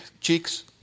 cheeks